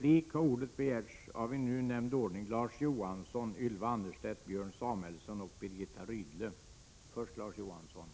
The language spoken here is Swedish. I Larz Johanssons frånvaro medger jag att Sivert Carlsson får motta svaret för hans räkning.